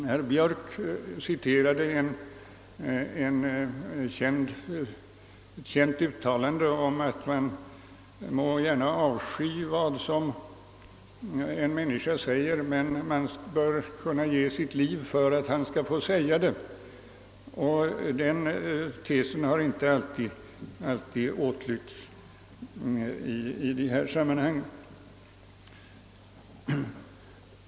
Herr Björk citerade ett känt uttalande, att man gärna må avsky vad en människa säger men man bör kunna ge sitt liv för att han skall få säga det. Den tesen har inte alltid följts i dessa sammanhang.